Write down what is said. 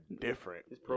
different